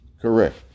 correct